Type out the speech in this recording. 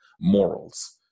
morals